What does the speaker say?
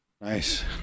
nice